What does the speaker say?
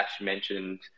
mentioned